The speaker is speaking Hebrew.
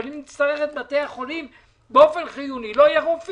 אבל אם נצטרך את בתי החולים באופן חיוני לא יהיו רופאים,